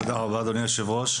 תודה רבה אדוני היושב-ראש.